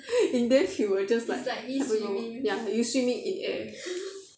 and then you'll just ya you swimming in air